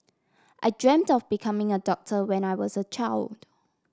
I dreamt of becoming a doctor when I was a child